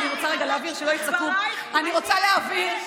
אני רוצה רגע להבהיר,